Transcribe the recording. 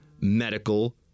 medical